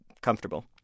comfortable